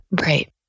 Right